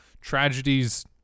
tragedies